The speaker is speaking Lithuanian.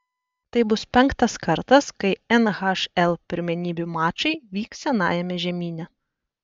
tai bus penktas kartas kai nhl pirmenybių mačai vyks senajame žemyne